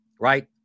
Right